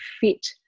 fit